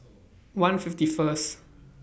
one fifty First